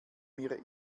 mir